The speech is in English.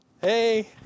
Hey